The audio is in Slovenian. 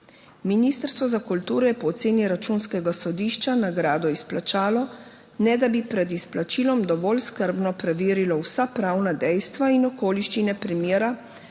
Ministrstvo za kulturo je po oceni računskega sodišča nagrado izplačalo, ne da bi pred izplačilom dovolj skrbno preverilo vsa pravna dejstva in okoliščine primera